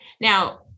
Now